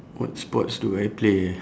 what sports do I play eh